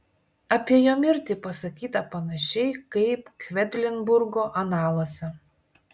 apie jo mirtį pasakyta panašiai kaip kvedlinburgo analuose